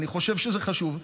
הזה אני חושב שזה חשוב.